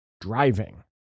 driving